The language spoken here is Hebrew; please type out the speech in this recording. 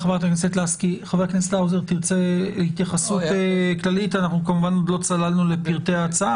חבר הכנסת האוזר, התייחסות כללית, בבקשה.